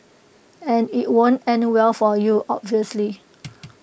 and IT won't end well for you obviously